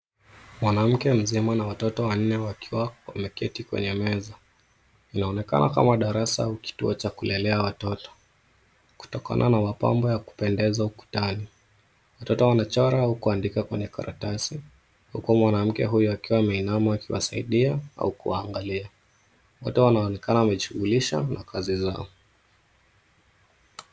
Mwanamke mzima na watoto wanne wakiwa wameketi kwenye meza. Inaonkekana kama darasa au kituo cha kulelea watoto kutokana na mapambo ya kupendeza ukutani. Watoto wanachora au kuandika kwenye karatasi huku mwanamke huyu akiwa ameinama akiwasaidia au kuwaangalia. Wote wanaonekana wamejishughulisha na kazi zao.